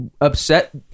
upset